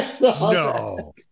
No